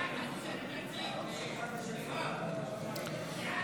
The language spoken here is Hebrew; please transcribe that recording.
בדבר תוספת תקציב לא נתקבלו.